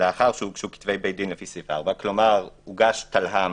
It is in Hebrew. לאחר שהוגשו כתבי בית-דין לפי סעיף 4 - כלומר הוגש תלה"מ